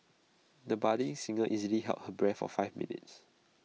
the budding singer easily held her breath for five minutes